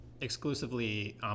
exclusively